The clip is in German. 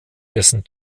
dessen